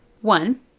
One